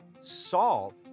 salt